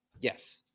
Yes